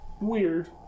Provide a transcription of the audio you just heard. weird